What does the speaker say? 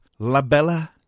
labella